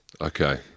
Okay